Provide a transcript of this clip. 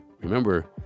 remember